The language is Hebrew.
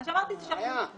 מה שאמרתי זה שאנחנו נעקוב.